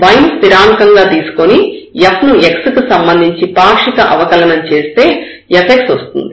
y ను స్థిరాంకం గా తీసుకుని f ను x కి సంబంధించి పాక్షిక అవకలనం చేస్తే fx వస్తుంది